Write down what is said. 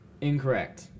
Incorrect